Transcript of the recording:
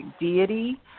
deity